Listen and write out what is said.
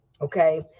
Okay